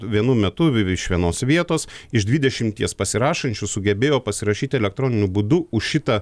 vienu metu iš vienos vietos iš dvidešimties pasirašančių sugebėjo pasirašyt elektroniniu būdu už šitą